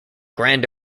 grand